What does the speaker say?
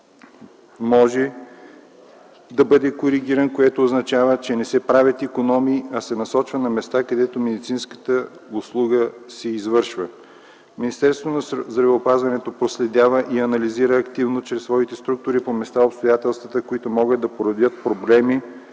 може да бъде коригиран, което означава, че не се правят икономии, а се насочва на места, където медицинската услуга се извършва. Министерството на здравеопазването проследява и анализира активно чрез своите структури по места обстоятелствата, които могат да породят проблеми